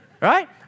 Right